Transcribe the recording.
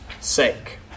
sake